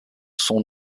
son